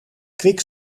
kwik